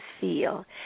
feel